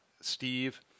Steve